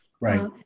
Right